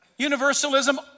Universalism